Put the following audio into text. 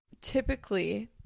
typically